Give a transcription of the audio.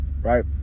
Right